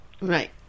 Right